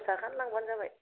पनसास थाखानि लांबानो जाबाय